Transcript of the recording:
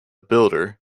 builder